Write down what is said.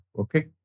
Okay